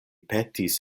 petis